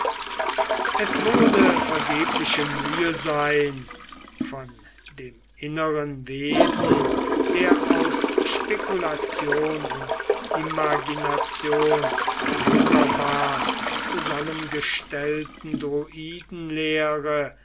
es würde vergebliche mühe sein von dem inneren wesen der aus spekulation und imagination wunderbar zusammengestellten